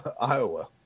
Iowa